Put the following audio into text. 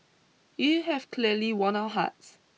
you have clearly won our hearts